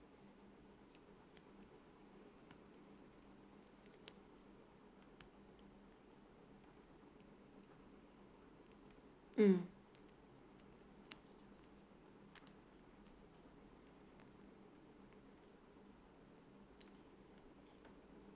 mm